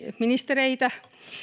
ministereitä